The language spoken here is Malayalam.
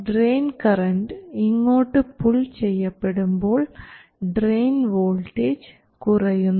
ഡ്രയിൻ കറൻറ് ഇങ്ങോട്ട് പുൾ ചെയ്യപ്പെടുമ്പോൾ ഡ്രയിൻ വോൾട്ടേജ് കുറയുന്നു